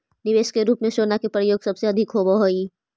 निवेश के रूप में सोना के प्रयोग सबसे अधिक होवऽ हई